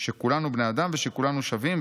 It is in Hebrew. שכולנו בני אדם ושכולנו שווים,